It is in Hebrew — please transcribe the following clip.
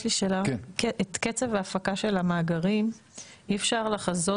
יש לי שאלה: את קצב ההפקה של המאגרים אי אפשר לחזות